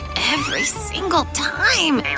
every single time,